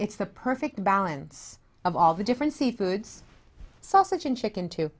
it's the perfect balance of all the different sea foods sausage and chicken t